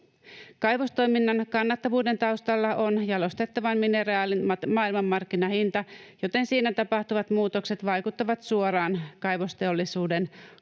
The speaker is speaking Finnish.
Kaivostoiminnan kannattavuuden taustalla on jalostettavan mineraalin maailmanmarkkinahinta, joten siinä tapahtuvat muutokset vaikuttavat suoraan kaivosteollisuuden